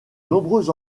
nombreux